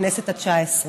בכנסת התשע עשרה,